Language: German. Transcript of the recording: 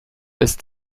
ist